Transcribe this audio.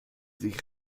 sich